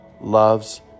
loves